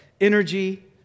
energy